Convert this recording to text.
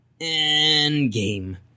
Endgame